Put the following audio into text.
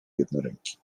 jednoręki